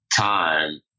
time